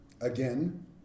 again